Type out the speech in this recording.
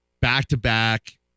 Back-to-back